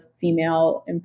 female